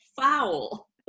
foul